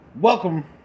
Welcome